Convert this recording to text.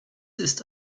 ist